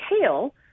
tail